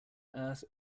earth